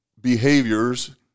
behaviors